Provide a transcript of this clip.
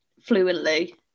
fluently